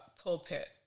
pulpit